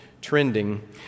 trending